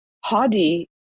Hadi